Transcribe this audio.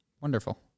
Wonderful